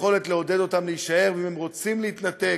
ביכולת לעודד אותם להישאר, ואם הם רוצים להתנתק,